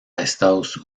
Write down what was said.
estados